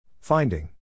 Finding